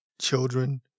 children